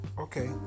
Okay